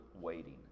waiting